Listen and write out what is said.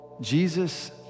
Jesus